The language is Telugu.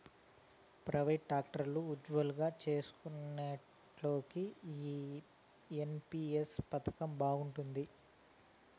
ప్రైవేటు, కాంట్రాక్టు ఉజ్జోగాలు చేస్కునేటోల్లకి ఈ ఎన్.పి.ఎస్ పదకం బాగుండాది